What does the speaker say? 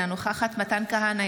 אינה נוכחת מתן כהנא,